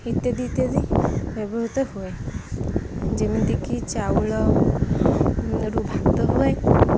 ଇତ୍ୟାଦି ଇତ୍ୟାଦି ବ୍ୟବହୃତ ହୁଏ ଯେମିତିକି ଚାଉଳରୁ ଭାତ ହୁଏ